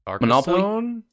Monopoly